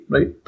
Right